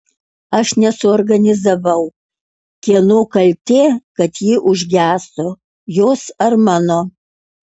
aš nesuorganizavau kieno kaltė kad ji užgeso jos ar mano